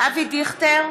אבי דיכטר,